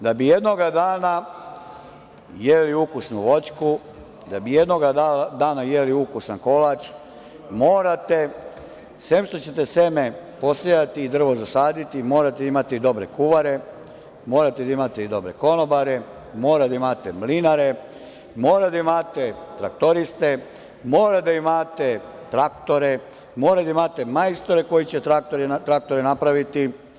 Da bi jednoga dana jeli ukusnu voćku, da bi jednoga dana jeli ukusan kolač, sem što ćete seme posejati i drvo zasaditi, morate imati i dobre kuvare, morate da imate i dobre konobare, morate da imate mlinare, morate da imate traktoriste, morate da imate traktore, morate da imate majstore koji će traktore napraviti.